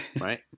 right